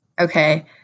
Okay